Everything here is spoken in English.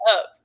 up